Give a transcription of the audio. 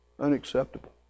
unacceptable